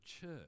church